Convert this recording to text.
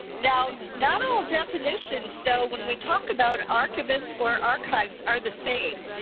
now, not all definitions so when we talk about archivists or archives are the same.